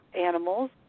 animals